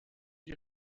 die